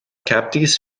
kaptis